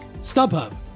StubHub